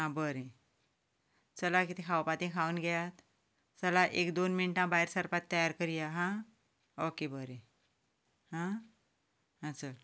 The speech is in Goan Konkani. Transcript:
आं बरें चला कितें खावपाचें तें खावन घेयात चलात एक दोन मिनटांत भायर सरपाची तयारी करया हां ओके बरें हां चल